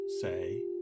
say